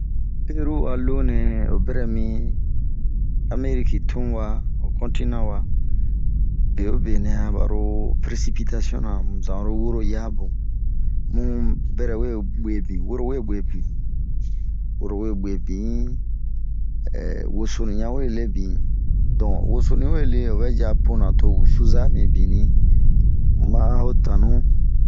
Peru a lonɛ ho bɛrɛ mi ameriki tun wa ,ho kontina wa, be wo be nɛ baro peresipitasiɔn ,zan oro woro yamu, bun bɛrɛ we guebin. Woro we guebin, woro we gebinh eh wosonu ɲan we leebin donke wosonu yi we lee to ovɛ yi a puna to wusu za minbini, maho tanu.